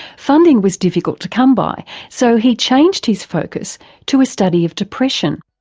funding was difficult to come by so he changed his focus to a study of depression,